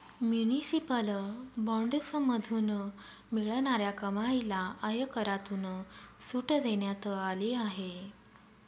municipal बॉण्ड्समधून मिळणाऱ्या कमाईला आयकरातून सूट देण्यात आली आहे